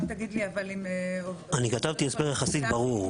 רק תגיד לי --- אני כתבתי הסבר יחסית ברור,